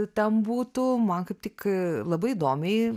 ten būtų man kaip tik a labai įdomiai